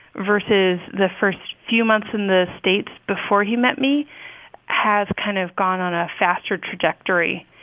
versus the first few months in the states before he met me has kind of gone on a faster trajectory.